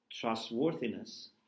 trustworthiness